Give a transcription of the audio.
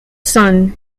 son